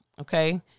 Okay